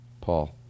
Paul